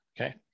okay